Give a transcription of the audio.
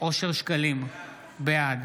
בצבעה אושר שקלים, בעד